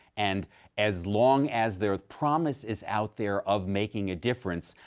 and as long as their promise is out there of making a difference,